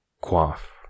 quaff